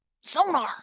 Sonar